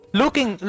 looking